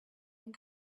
and